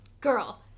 Girl